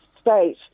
state